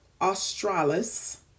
australis